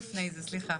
בבקשה.